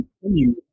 continue